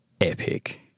Epic